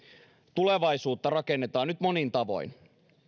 tulevaisuutta rakennetaan nyt monin tavoin